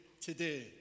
today